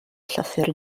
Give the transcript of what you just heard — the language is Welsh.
llythyr